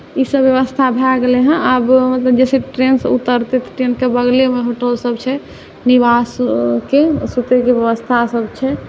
ईसब बेबस्था भऽ गेलै हँ आब जे छै ट्रेनसँ उतरतै तऽ ट्रेनके बगलेमे होटलसब छै निवासके सुतैके बेबस्थासब छै